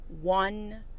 one